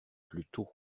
plutôt